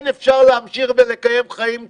כן אפשר להמשיך ולקיים חיים תקינים.